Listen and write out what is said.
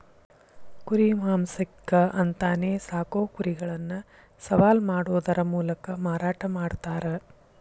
ಕುರಿ ಮಾಂಸಕ್ಕ ಅಂತಾನೆ ಸಾಕೋ ಕುರಿಗಳನ್ನ ಸವಾಲ್ ಮಾಡೋದರ ಮೂಲಕ ಮಾರಾಟ ಮಾಡ್ತಾರ